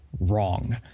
wrong